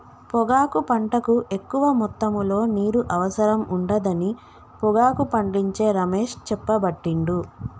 పొగాకు పంటకు ఎక్కువ మొత్తములో నీరు అవసరం ఉండదని పొగాకు పండించే రమేష్ చెప్పబట్టిండు